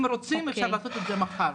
אם רוצים אפשר לעשות את זה מחר,